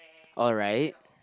alright